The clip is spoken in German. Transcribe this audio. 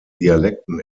dialekten